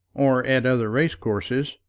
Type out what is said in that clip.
or at other racecourses,